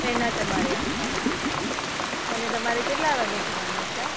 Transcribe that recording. એના તમારે આપવાના અને તમારે કેટલા વાગે જવાનું છે